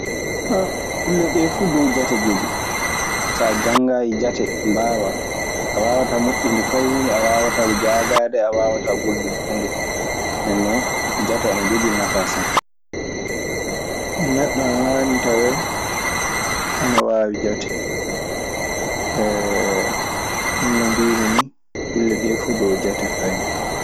kulle ɗee fuu ɗow jate jogii. So a janngaayi jate mbaawaa a waawataa moƴƴinde fay huunde. A waawataa jaagaade, a waawata gollude huunde fu. Ndeen non jate ana jogii nafaa sanne. Neɗɗo ana haani tawee ana waawi jate. No mbiimi nii, kulle ɗee fuu dow jate fawii.